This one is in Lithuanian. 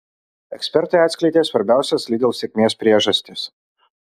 ekspertai atskleidė svarbiausias lidl sėkmės priežastis